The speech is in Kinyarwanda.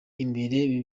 imbere